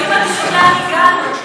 אלוהים אדירים, לאן הגענו?